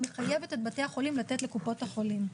מחייבת את בתי החולים לתת לקופות החולים.